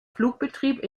flugbetrieb